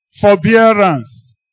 forbearance